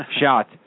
shot